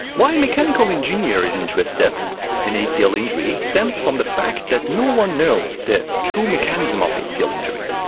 why a mechanical engineer is interested in acl injury stems from the fact that no one knows the true mechanism of acl injury.